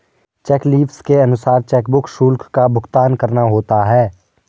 check leaves के अनुसार chequebook शुल्क का भुगतान करना होता है